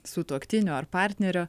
sutuoktinio ar partnerio